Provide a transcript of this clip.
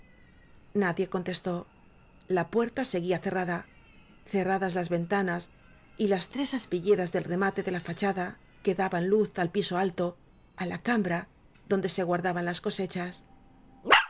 nadie contestó la puerta seguía cerra da cerradas las ventanas y las tres aspilleras del remate de la fachada que daban luz al piso alto á la cambra donde se guardaban las cosechas